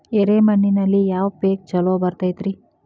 ಎರೆ ಮಣ್ಣಿನಲ್ಲಿ ಯಾವ ಪೇಕ್ ಛಲೋ ಬರತೈತ್ರಿ?